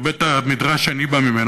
מבית-המדרש שאני בא ממנו,